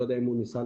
בדימונה,